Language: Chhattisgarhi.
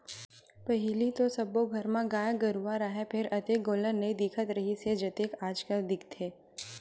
पहिली तो सब्बो घर म गाय गरूवा राहय फेर अतेक गोल्लर नइ दिखत रिहिस हे जतेक आजकल दिखथे